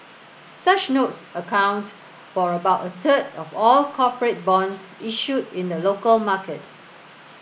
such notes account for about a third of all corporate bonds issued in the local market